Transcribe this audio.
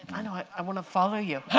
i know, i want to follow you.